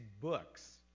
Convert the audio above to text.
books